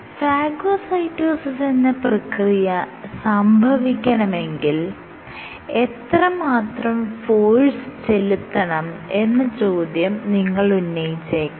phagocytosis എന്ന പ്രക്രിയ സംഭവിക്കണമെങ്കിൽ എത്രമാത്രം ഫോഴ്സ് ചെലുത്തണം എന്ന ചോദ്യം നിങ്ങൾ ഉന്നയിച്ചേക്കാം